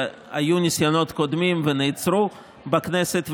ושהיו ניסיונות קודמים שנעצרו בכנסת.